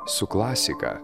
su klasika